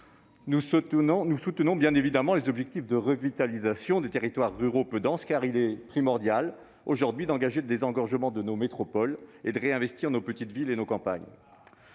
Nous soutenons, bien évidemment, les objectifs de revitalisation des territoires ruraux peu denses, car il est primordial d'engager le désengorgement de nos métropoles et de réinvestir nos petites villes, ainsi que nos campagnes.